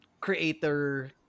creator